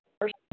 first